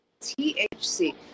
THC